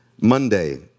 Monday